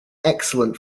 excellent